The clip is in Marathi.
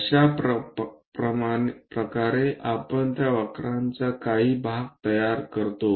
अशाप्रकारे आपण त्या वक्रांचा काही भाग तयार करतो